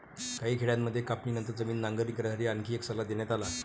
काही खेड्यांमध्ये कापणीनंतर जमीन नांगरणी करण्यासाठी आणखी एक सल्ला देण्यात आला